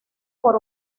por